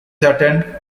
attend